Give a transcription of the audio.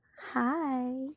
hi